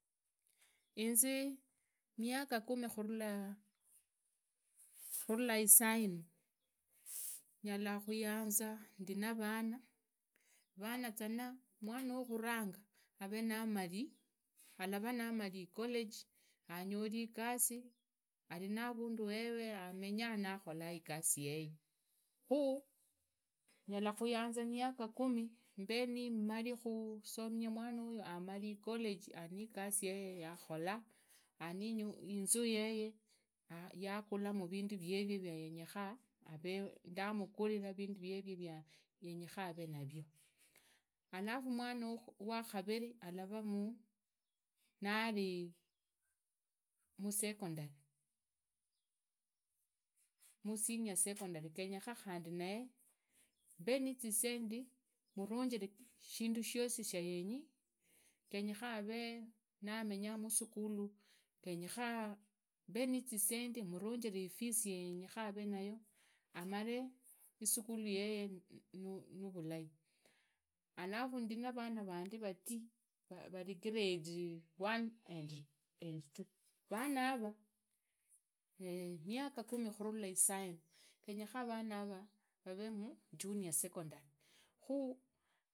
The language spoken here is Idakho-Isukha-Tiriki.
Inzi miaka kumi khuvula isaina ngala khuyanza ndina vana, vanaza a mwana wakhuranga haree alavaa namani icollege anyori igasi arinavndu hehe hamenyaa nakhola igasi yeye, kha ngalakhuyanza miaka mumimbe nimari khusominya manugu amari icollage arini igasi yeye yakholaa, ariinza yeye yagulamu vindu vievie via yenyekhana, ndamugarira rindu vievie via yenyekhana havee navyo. Alafu mwana wakhaviri alavaa navi musekondari, museniour secondari genyekhana avee namenya musukhu, genyekhana mbe nisendi muvunjire zisendia zia genyekhana avee nayo, amaree isukhulu yeye nuvulai, alafu ndi navan vandu vati vari grade wani and two, vanara khuvula miaka kumi khuvulusaina gengekhanaa vanava vavemu mujunior sekondari.